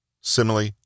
simile